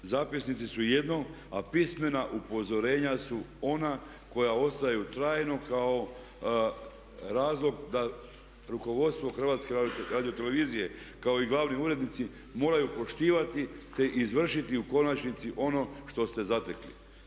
Zapisnici su jedno a pismena upozorenja su ona koja ostaju trajno kao razlog da rukovodstvo HRT-a kao i glavni urednici moraju poštivati te izvršiti u konačnici ono što ste zatekli.